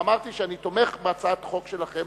ואמרתי שאני תומך בהצעת החוק שלכם,